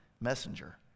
messenger